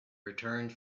returned